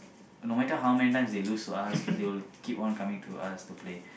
no matter how many times they lose to us they will keep on coming to us to play